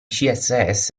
css